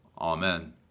Amen